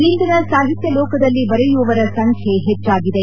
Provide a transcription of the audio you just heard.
ಇಂದಿನ ಸಾಹಿತ್ಯ ಲೋಕದಲ್ಲಿ ಬರೆಯುವವರ ಸಂಬ್ಹೆ ಹೆಚ್ಚಾಗಿದೆ